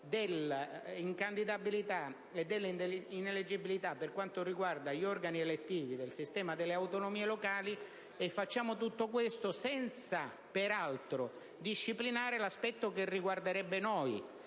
della incandidabilità e dell'ineleggibilità per quanto riguarda gli organi elettivi del sistema delle autonomie locali, e facciamo tutto questo senza peraltro disciplinare l'aspetto che riguarderebbe noi,